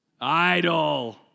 Idol